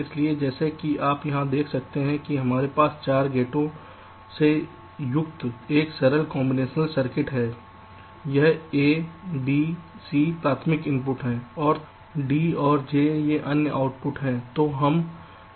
इसलिए जैसा कि आप यहां देख सकते हैं कि हमारे पास 4 गेटों से युक्त एक सरल कांबिनेशनल सर्किट है यह A B C प्राथमिक इनपुट हैं और J और यह एक अन्य D ये आउटपुट हैं